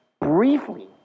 briefly